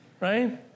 right